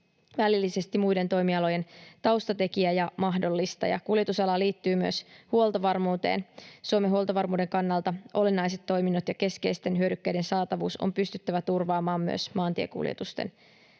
välillisesti muiden toimialojen taustatekijä ja mahdollistaja. Kuljetusala liittyy myös huoltovarmuuteen. Suomen huoltovarmuuden kannalta olennaiset toiminnot ja keskeisten hyödykkeiden saatavuus on pystyttävä turvaamaan myös maantiekuljetusten